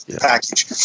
package